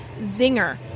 zinger